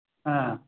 हा